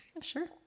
Sure